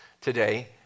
today